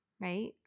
right